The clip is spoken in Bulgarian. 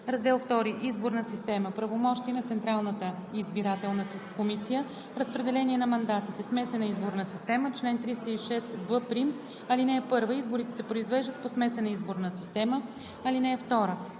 Раздел II Изборна система. Правомощия на Централната избирателна комисия. Разпределение на мандатите Смесена изборна система Чл. 306б'. (1) Изборите се произвеждат по смесена изборна система. (2)